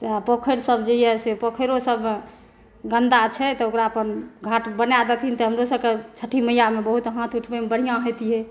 से पोखरि सब जे यऽ से पोखरिओ सबमे गन्दा छै तऽ ओकरा अपन घाट बनाए देथिन तऽ हमरो सबकेँ छठि मैया मे बहुत हाथ उठबैमे बढ़िऑं हैतियै